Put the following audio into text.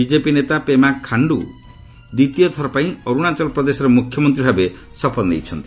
BJP ନେତା ପେମା ଖାଣ୍ଡୁ ଦ୍ୱିତୀୟ ଥରପାଇଁ ଅରୁଣାଚଳ ପ୍ରଦେଶର ମୁଖ୍ୟମନ୍ତ୍ରୀ ଭାବେ ଶପଥ ନେଇଛନ୍ତି